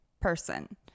person